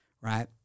right